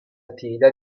attività